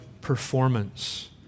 performance